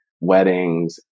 weddings